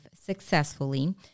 successfully